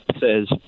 says